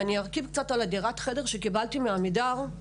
ארחיב קצת על דירת החדר שקיבלתי מ"עמידר".